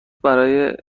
برای